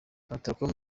onatracom